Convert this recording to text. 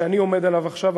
שאני עומד עליו עכשיו,